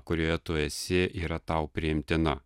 kurioje tu esi yra tau priimtina